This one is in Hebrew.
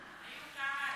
היו כמה הצעות,